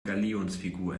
galionsfigur